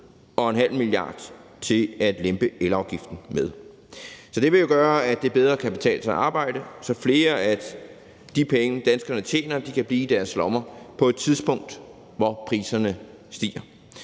er afsat ½ mia. kr. til at lempe elafgiften med. Så det vil gøre, at det bedre kan betale sig at arbejde, så flere af de penge, danskerne tjener, kan blive i deres lommer på et tidspunkt, hvor priserne stiger.